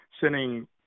sending